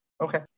Okay